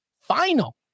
final